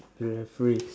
the referee